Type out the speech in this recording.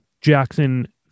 Jackson